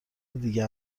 دیگه